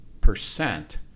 percent